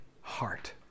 heart